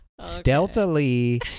Stealthily